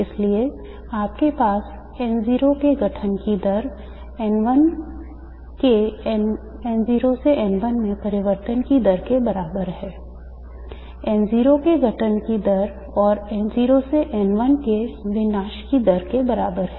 इसलिए आपके पास N0के गठन की दर N0 के N1 में परिवर्तन की दर के बराबर है N0 के गठन की दर और N0 से N1 के विनाश की दर के बराबर है